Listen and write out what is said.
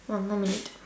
one more minute